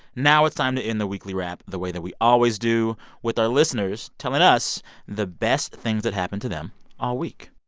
now it's time to end the weekly wrap the way that we always do with our listeners telling us the best things that happened to them all week